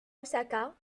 osaka